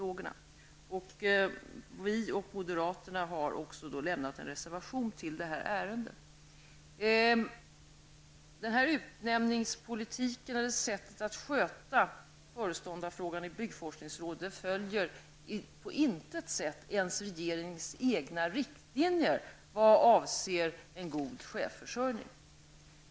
Vi och moderaterna har också lämnat en reservation i det ärendet. Sättet att sköta föreståndarfrågan i byggforskningsrådet följer på intet sätt ens regeringens egna riktlinjer vad avser en god chefsförsörjning.